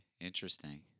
interesting